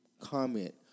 comment